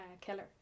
killer